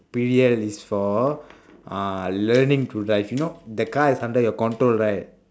P_D_L is for uh learning to drive you know the car is under your control right